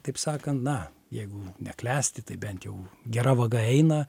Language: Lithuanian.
taip sakant na jeigu ne klesti tai bent jau gera vaga eina